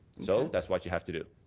so that's what you have to do.